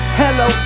hello